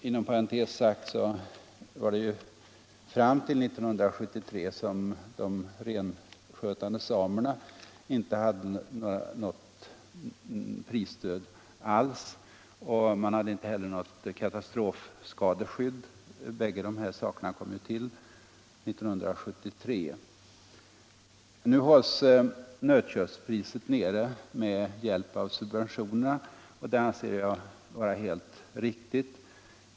Inom parentes sagt var det fram till 1973 som de renskötande samerna inte hade något prisstöd alls, och man hade inte heller något katastrofskadeskydd. Bägge dessa saker kom till år 1973. Nu hålls nötköttspriset nere med hjälp av subventionerna, och det anser jag vara helt riktigt.